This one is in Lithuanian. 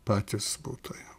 patys butai